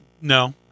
No